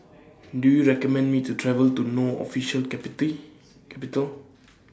Do YOU recommend Me to travel to No Official Capital